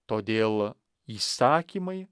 todėl įsakymai